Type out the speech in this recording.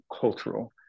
cultural